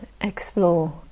explore